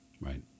Right